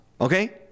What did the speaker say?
okay